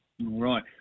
right